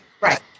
Right